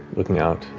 looking out,